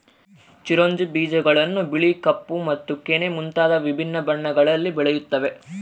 ಚಿರೊಂಜಿ ಬೀಜಗಳನ್ನು ಬಿಳಿ ಕಪ್ಪು ಮತ್ತು ಕೆನೆ ಮುಂತಾದ ವಿಭಿನ್ನ ಬಣ್ಣಗಳಲ್ಲಿ ಬೆಳೆಯುತ್ತವೆ